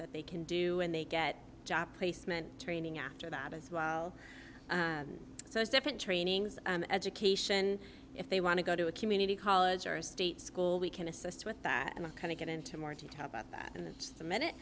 that they can do and they get job placement training after that as well so it's different trainings and education if they want to go to a community college or a state school we can assist with that and a kind of get into more to talk about that and that's the minute